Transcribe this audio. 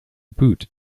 boot